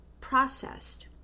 processed